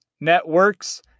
networks